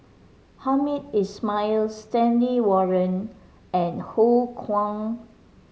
Hamed Ismail Stanley Warren and Ho Kwon